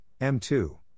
M2